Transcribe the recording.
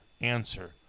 answer